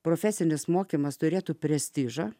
profesinis mokymas turėtų prestižą